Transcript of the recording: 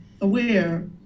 aware